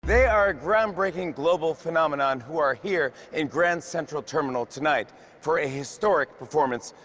they are a groundbreaking global phenomenon who are here in grand central terminal tonight for a historic performance.